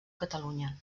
catalunya